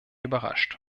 überrascht